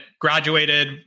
graduated